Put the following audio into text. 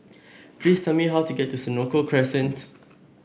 please tell me how to get to Senoko Crescent